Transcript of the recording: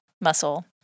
muscle